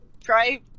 try